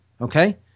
Okay